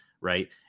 Right